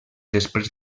després